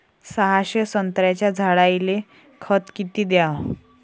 सहाशे संत्र्याच्या झाडायले खत किती घ्याव?